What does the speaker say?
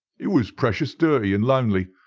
it was precious dirty and lonely.